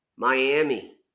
Miami